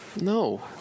No